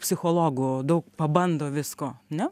psichologų daug pabando visko ne